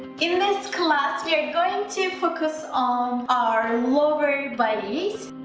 in this class we are going to focus on our lower bodies